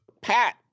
Pat